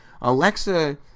Alexa